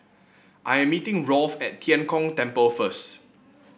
I am meeting Rolf at Tian Kong Temple first